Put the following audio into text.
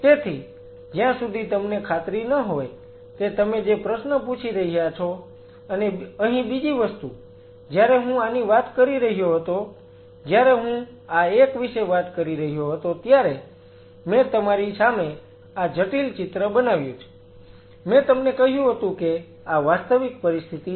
તેથી જ્યાં સુધી તમને ખાતરી ન હોય કે તમે જે પ્રશ્ન પૂછી રહ્યા છો અને અહીં બીજી વસ્તુ જ્યારે હું આની વાત કરી રહ્યો હતો જ્યારે હું આ એક વિશે કહી રહ્યો હતો ત્યારે મેં તમારી સામે આ જટિલ ચિત્ર બનાવ્યું છે મેં તમને કહ્યું હતું કે આ વાસ્તવિક પરિસ્થિતિ છે